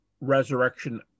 resurrection